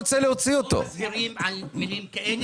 לא מזהירים על מילים כאלה.